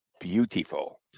beautiful